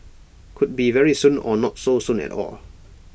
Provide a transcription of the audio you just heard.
could be very soon or not so soon at all